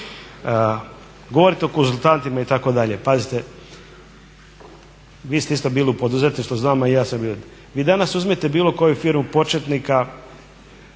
Govorite o konzultantima itd., pazite, vi ste isto bili u poduzetništvu znam, a i ja sam bio, vi danas uzmite bilo koju firmu početnika